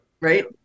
right